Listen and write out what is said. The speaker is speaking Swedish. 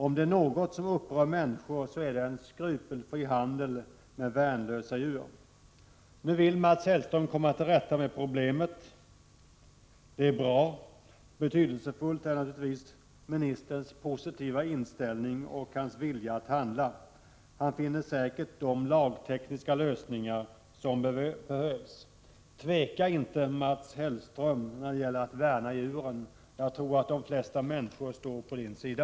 Om det är något som upprör människor så är det en skrupelfri handel med värnlösa djur. Nu vill Mats Hellström komma till rätta med problemet. Det är bra. Betydelsefullt är naturligtvis ministerns positiva inställning och hans vilja att handla. Han finner säkert de lagtekniska lösningar som behövs. Tveka inte när det gäller att värna djuren, Mats Hellström! Jag tror att de flesta människor står på er sida.